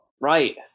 right